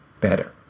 better